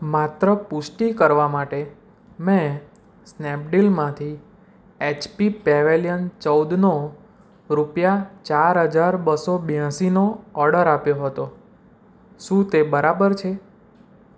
માત્ર પુષ્ટી કરવા માટે મેં સ્નેપડીલમાંથી એચપી પેવેલિયન ચૌદનો રૂપિયા ચાર હજાર બસ્સો બેઆસીનો ઓર્ડર આપ્યો હતો શું તે બરાબર છે